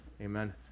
Amen